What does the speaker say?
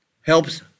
helps